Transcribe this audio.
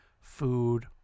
food